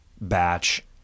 batch